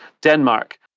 Denmark